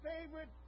favorite